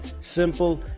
simple